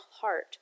heart